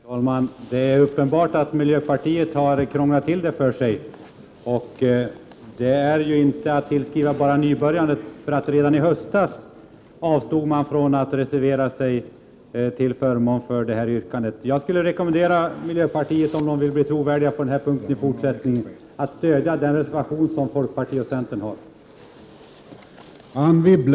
Herr talman! Det är uppenbart att miljöpartiet har krånglat till det för sig. Det är ju inte att tillskriva bara ovanan hos nybörjaren, för redan i höstas avstod miljöpartiet från att reservera sig till förmån för yrkandet i vår reservation. Jag skulle vilja rekommendera miljöpartisterna, om de vill bli trovärdiga på den här punkten i fortsättningen, att stödja den reservation som folkpartiet och centern har avgivit.